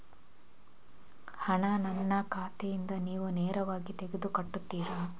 ಹಣ ನನ್ನ ಖಾತೆಯಿಂದ ನೀವು ನೇರವಾಗಿ ತೆಗೆದು ಕಟ್ಟುತ್ತೀರ?